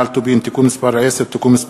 על טובין (תיקון מס' 10) (תיקון מס'